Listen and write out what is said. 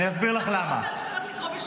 אתה לא אומר לי שאתה הולך לקרוא בשמי,